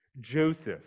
Joseph